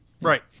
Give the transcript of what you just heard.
Right